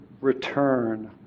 return